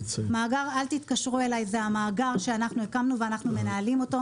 מאגר "אל תתקשרו אליי" זה המאגר שאנחנו הקמנו ואנחנו מנהלים אותו.